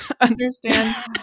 understand